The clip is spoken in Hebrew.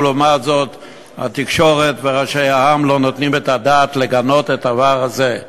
ולעומת זאת התקשורת וראשי העם לא נותנים את הדעת לגנות את הדבר הזה.